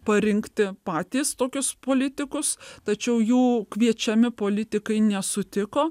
parinkti patys tokius politikus tačiau jų kviečiami politikai nesutiko